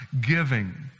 giving